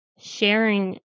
sharing